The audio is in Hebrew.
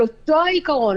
על אותו העיקרון,